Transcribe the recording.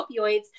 opioids